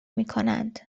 میکنند